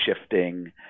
shifting